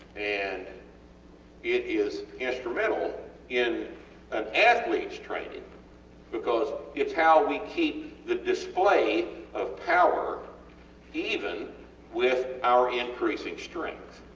and it is instrumental in an athletes training because its how we keep the display of power even with our increasing strength.